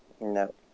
No